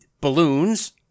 balloons